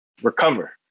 Recover